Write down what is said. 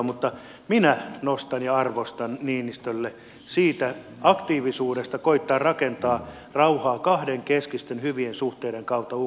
mutta minä nostan ja arvostan niinistöä aktiivisuudesta koettaa rakentaa rauhaa kahdenkeskisten hyvien suhteiden kautta ukrainan tilanteessa